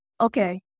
Okay